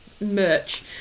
merch